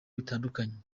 bitandukanye